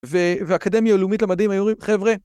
ואקדמיה הלאומית למדעים היו אומרים חבר'ה...